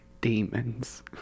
Demons